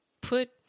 put